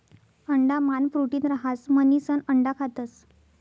अंडा मान प्रोटीन रहास म्हणिसन अंडा खातस